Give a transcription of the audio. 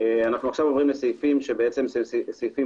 עכשיו אנחנו עוברים לסעיפים משלימים.